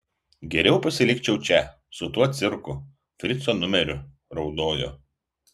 geriau pasilikčiau čia su tuo cirku frico numeriu raudojo